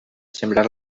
sembrar